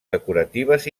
decoratives